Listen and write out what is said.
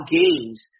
games